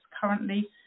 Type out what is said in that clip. currently